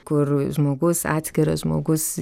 kur žmogus atskiras žmogus